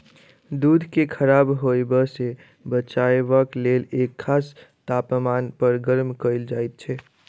दूध के खराब होयबा सॅ बचयबाक लेल एक खास तापमान पर गर्म कयल जाइत छै